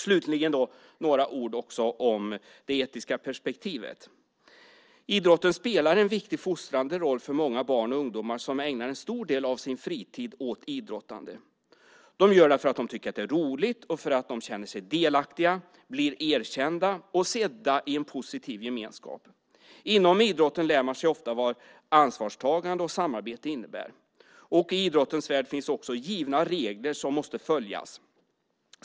Slutligen vill jag säga några ord om det etiska perspektivet. Idrotten spelar en viktig fostrande roll för många barn och ungdomar som ägnar en stor del av sin fritid åt idrottande. De gör det för att de tycker att det är roligt och för att de känner sig delaktiga, blir erkända och sedda i en positiv gemenskap. Inom idrotten lär man sig ofta vad ansvarstagande och samarbete innebär. I idrottens värld finns också givna regler som måste följas.